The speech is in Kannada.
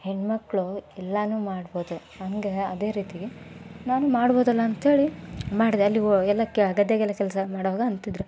ಹೆಣ್ಣು ಮಕ್ಳು ಎಲ್ಲನು ಮಾಡ್ಬೋದು ಹಂಗೆ ಅದೇ ರೀತಿ ನಾನೂ ಮಾಡ್ಬೋದಲ್ಲ ಅಂತೇಳಿ ಮಾಡಿದೆ ಅಲ್ಲಿ ಓ ಎಲ್ಲ ಕೆ ಗದ್ದೆಗೆಲ್ಲ ಕೆಲಸ ಮಾಡುವಾಗ ಅಂತಿದ್ದರು